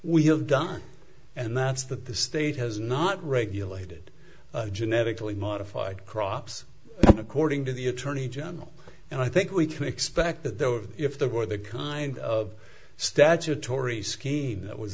we have done and that's that the state has not regulated genetically modified crops according to the attorney general and i think we can expect that there were if there were the kind of statutory scheme that was